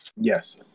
Yes